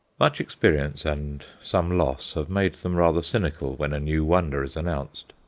much experience and some loss have made them rather cynical when a new wonder is announced.